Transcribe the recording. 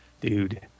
dude